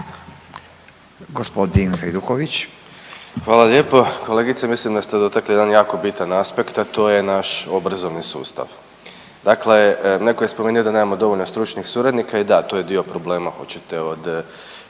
(Socijaldemokrati)** Hvala lijepo. Kolegice, mislim da ste dotakli jedan jako bitan aspekt, a to je naš obrazovni sustav. Dakle, neko je spomenuo da nemamo dovoljno stručnih suradnika i da to je dio problema hoćete od